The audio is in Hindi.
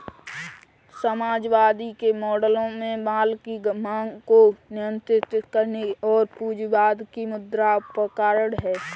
समाजवाद के मॉडलों में माल की मांग को नियंत्रित करने और पूंजीवाद के मुद्रा उपकरण है